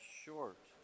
short